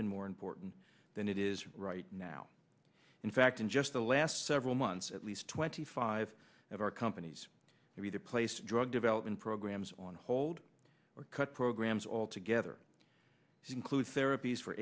been more important than it is right now in fact in just the last several months at least twenty five of our companies have to place drug development programs on hold or cut programs altogether include therapies for